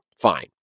fine